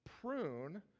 prune